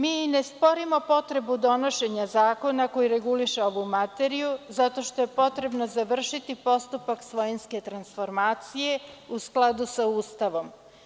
Mi ne sporimo potrebu donošenja zakona koji reguliše ovu materiju zato što je potrebno završiti postupak svojinske transformacije uz skladu sa Ustavom.